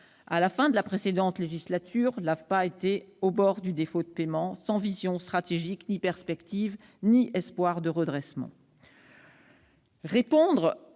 À la fin de la précédente législature, l'AFPA était au bord du défaut de paiement, sans vision stratégique ni espoir de redressement.